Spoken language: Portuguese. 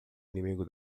inimigo